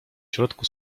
środku